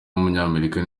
w’umunyamerika